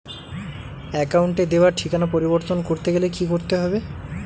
অ্যাকাউন্টে দেওয়া ঠিকানা পরিবর্তন করতে গেলে কি করতে হবে?